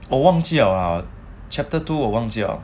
我忘记 liao lah chapter two 我忘记 liao